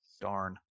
Darn